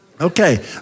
Okay